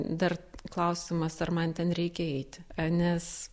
dar klausimas ar man ten reikia eiti nes